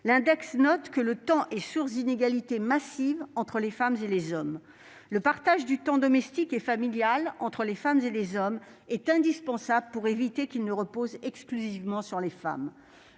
augmentaient :« Le temps est source d'inégalité massive entre les femmes et les hommes. » Le partage du temps domestique et familial entre les femmes et les hommes est indispensable pour éviter qu'il ne repose exclusivement sur les femmes.